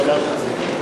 דבר כזה.